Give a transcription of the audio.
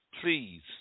please